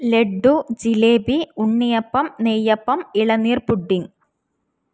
ലെഡു ജിലേബി ഉണ്ണിയപ്പം നെയ്യപ്പം ഇളനീർ പുഡിംഗ്